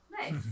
Nice